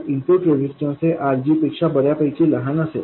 input resistance हे RG पेक्षा बर्यापैकी लहान असेल